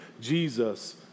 Jesus